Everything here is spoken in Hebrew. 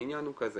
העניין הוא כזה